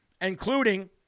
including